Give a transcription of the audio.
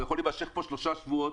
הוא יכול להימשך פה שלושה שבועות